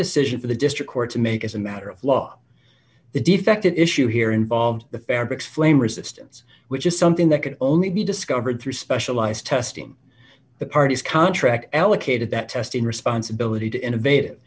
decision for the district court to make as a matter of law the defect issue here involved the fabric flame resistance which is something that can only be discovered through specialized testing the parties contract allocated that testing responsibility to innovat